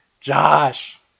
Josh